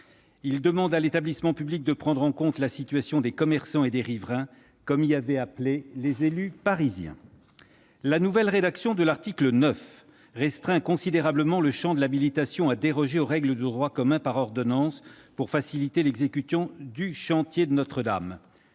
demandé à l'établissement public de prendre en compte la situation des commerçants et des riverains, comme y avaient appelé les élus parisiens. La nouvelle rédaction de l'article 9 restreint considérablement le champ de l'habilitation à déroger aux règles de droit commun par ordonnances pour faciliter l'exécution du chantier de Notre-Dame.